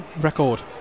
Record